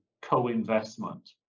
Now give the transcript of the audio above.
co-investment